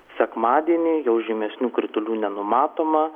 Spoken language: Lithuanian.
sekmadienį jau žymesnių kritulių nenumatoma